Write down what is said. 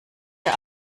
der